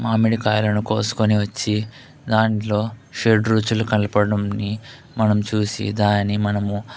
మామిడికాయలను కోసుకొని వచ్చి దాంట్లో షడ్రుచులు కలపడంని మనం చూసి దాని మనము